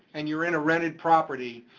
and you're in a rented property,